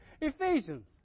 Ephesians